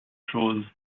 chose